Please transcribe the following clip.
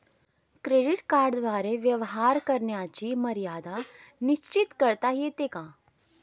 Credit कार्डद्वारे व्यवहार करण्याची मर्यादा निश्चित करता येते का?